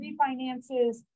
refinances